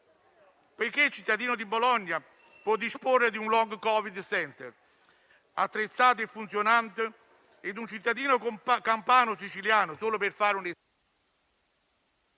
perché un cittadino di Bologna può disporre di un post-long Covid center, attrezzato e funzionante, e un cittadino campano o siciliano, solo per fare... *(Il